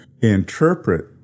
interpret